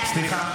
סליחה,